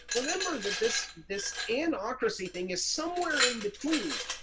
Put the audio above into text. remember that this this anocracy thing is somewhere in between.